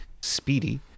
speedy